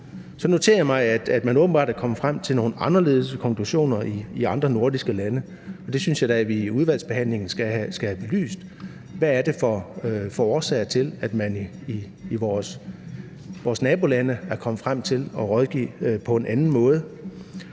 Så noterer jeg mig, at man åbenbart er kommet frem til nogle anderledes konklusioner i andre nordiske lande, og det synes jeg da at vi i udvalgsbehandlingen skal have belyst, altså hvad det er for nogle årsager, der er til, at man i vores nabolande er kommet frem til at rådgive på en anden måde.